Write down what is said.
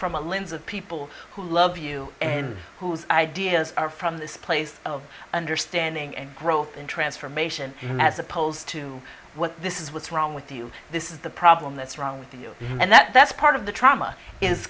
from the lives of people who love you and whose ideas are from this place of understanding and growth and transformation as opposed to what this is what's wrong with you this is the problem that's wrong with you and that's part of the trauma is